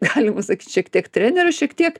galima sakyt šiek tiek trenerio šiek tiek